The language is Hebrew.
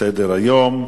בסדר-היום: